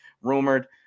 rumored